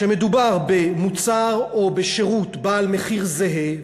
כשמדובר במוצרים או בשירותים במחיר זהה,